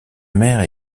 mère